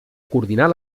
coordinar